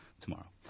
tomorrow